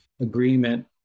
agreement